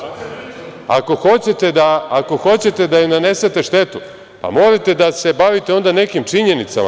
Ako hoćete da joj nanesete štetu, pa morate da se bavite onda nekim činjenicama.